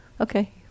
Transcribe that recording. Okay